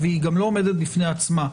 והיא גם לא עומדת בפני עצמה.